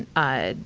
ah,